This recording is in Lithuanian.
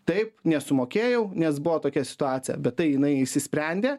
taip nesumokėjau nes buvo tokia situacija bet tai jinai išsisprendė